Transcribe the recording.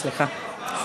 יש ארבעה,